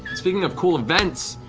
speaking of cool events,